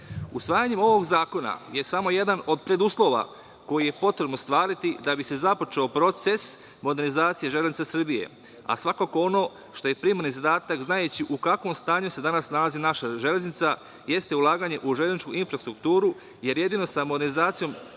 EU.Usvajanje ovog zakona je samo jedan od preduslova koji je potrebno ostvariti da bi se započeo proces modernizacije „Železnice Srbije“, a svakako ono što je primarni zadatak, znajući u kakvom stanju se danas nalazi naša železnica, jeste ulaganje u železničku infrastrukturu, jer jedino sa modernizacijom